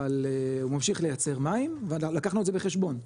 אבל הוא ממשיך לייצר מים ולקחנו את זה בחשבון,